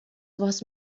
was